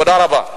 תודה רבה.